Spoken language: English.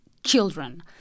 children